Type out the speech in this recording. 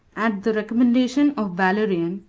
at the recommendation of valerian,